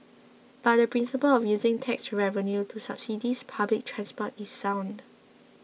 but the principle of using tax revenue to subsidise public transport is sound